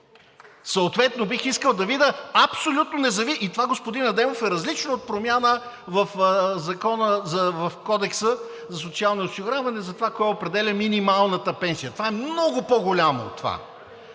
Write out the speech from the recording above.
Съответно бих искал да видя абсолютно.... (Шум и реплики.) И това, господин Адемов, е различно от промяна в Кодекса за социално осигуряване за това кой определя минималната пенсия. Това е много по-голямо от това.